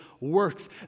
works